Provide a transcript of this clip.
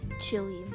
chili